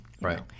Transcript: Right